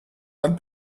dann